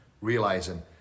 realizing